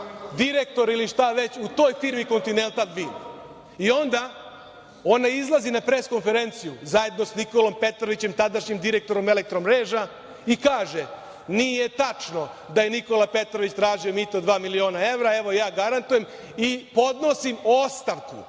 direktor ili šta već u toj firmi „Kontinental ving“ i onda ona izlazi na pres konferenciju, zajedno sa Nikolom Petrovićem, tadašnjim direktorom „Elektromreža“ i kaže – nije tačno da je Nikola Petrović tražio mito od dva miliona evra, evo, ja garantujem i podnosim ostavku,